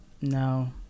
No